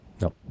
No